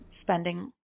spending